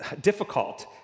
difficult